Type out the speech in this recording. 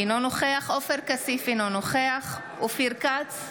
אינו נוכח עופר כסיף, אינו נוכח אופיר כץ,